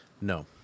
No